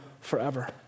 forever